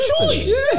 choice